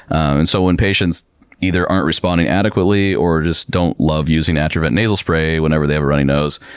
and so when patients either aren't responding adequately or just don't love using atrovent nasal spray whenever they have a runny nose,